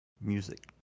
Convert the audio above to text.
Music